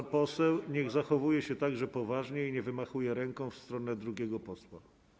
A pan poseł niech zachowuje się także poważnie i nie wymachuje ręką w stronę drugiego posła.